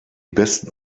besten